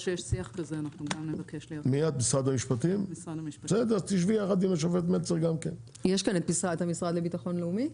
יש כאן נציג מהמשרד לביטחון לאומי?